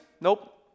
Nope